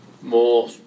more